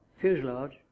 fuselage